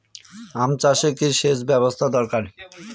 আম চাষে কি সেচ ব্যবস্থা দরকার?